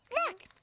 look.